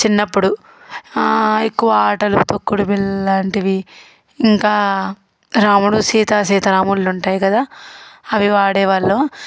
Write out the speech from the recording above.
చిన్నప్పుడు ఎక్కువ ఆటల్లో తొక్కుడు బిళ్ల లాంటివి ఇంకా రాముడు సీత సీతారాముడులు ఉంటాయి కదా అవి వాడేవాళ్ళం